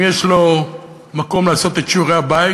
למי יש מקום לעשות את שיעורי-הבית,